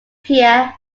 pierre